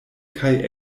kaj